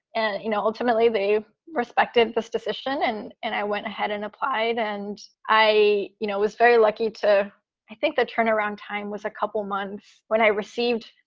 and, you know, ultimately, they respected this decision. and and i went ahead and applied. and i you know was very lucky to think that turnaround time was a couple months when i received.